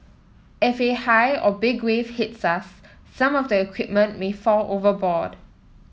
if a high or big wave hits us some of the equipment may fall overboard